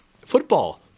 football